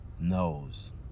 knows